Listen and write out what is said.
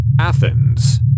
Athens